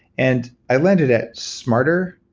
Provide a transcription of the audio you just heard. and i landed at smarter,